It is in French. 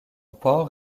port